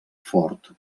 fort